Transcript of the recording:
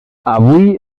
avui